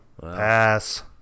Pass